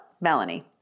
Melanie